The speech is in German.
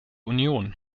union